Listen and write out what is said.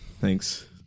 Thanks